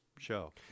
show